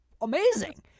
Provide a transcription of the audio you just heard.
amazing